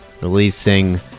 releasing